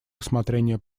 рассмотрения